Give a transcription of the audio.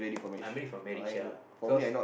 I'm ready for marriage ya cause